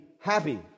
happy